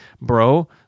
bro